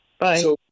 Bye